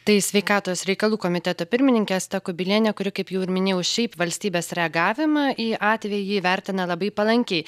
tai sveikatos reikalų komiteto pirmininkė asta kubilienė kuri kaip jau ir minėjau šiaip valstybės reagavimą į atvejį vertina labai palankiai